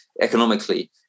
economically